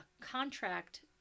contract